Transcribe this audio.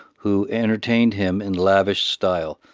who entertained him in lavish style.